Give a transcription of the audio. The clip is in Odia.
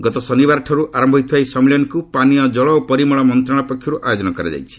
ଗତ ଶନିବାରଠାରୁ ଆରମ୍ଭ ହୋଇଥିବା ଏହି ସମ୍ମିଳନୀକୁ ପାନୀୟ ଜଳ ଓ ପରିମଳ ମନ୍ତ୍ରଣାଳୟ ପକ୍ଷରୁ ଆୟୋଜନ କରାଯାଇଛି